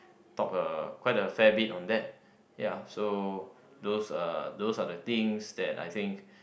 talk a quite a fair bit on that ya so those uh those are the things that I think